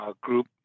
group